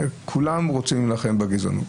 כולם רוצים להילחם בגזענות.